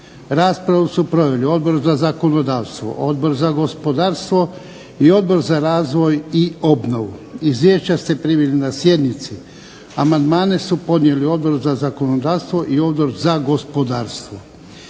Raspravu su proveli Odbor za zakonodavstvo, odbor za gospodarstvo i Odbor za razvoj i obnovu. Izvješća ste primili na sjednici. Amandmane su podnijeli Odbor za zakonodavstvo i Odbor za gospodarstvo.